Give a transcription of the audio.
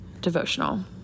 devotional